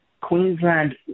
Queensland